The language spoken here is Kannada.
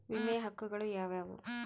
ವಿಮೆಯ ಹಕ್ಕುಗಳು ಯಾವ್ಯಾವು?